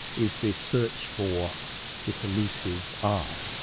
is this search for this elusive i.